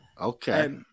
Okay